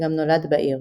שגם נולד בעיר.